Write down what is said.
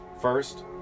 first